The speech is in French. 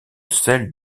celle